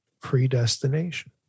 predestination